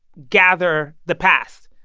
gather the past.